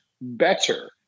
better